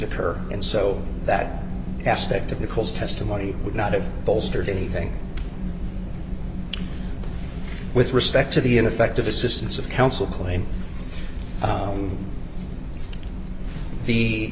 occur and so that aspect of nicole's testimony would not have bolstered anything with respect to the ineffective assistance of counsel claim